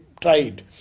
tried